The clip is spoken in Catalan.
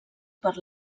per